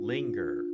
Linger